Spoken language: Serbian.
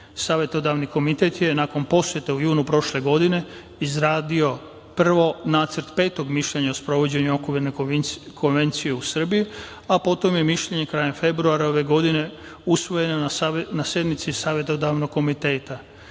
manjina. Savetodavni komitet je, nakon posete u junu prošle godine, izradio prvo nacrt Petog mišljenja o sprovođenju Okvirne konvencije u Srbiji, a potom i mišljenje krajem februara ove godine usvojene na sednici Savetodavnog komiteta.S